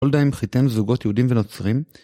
לא יודע אם חיתן זוגות יהודים ונוצרים.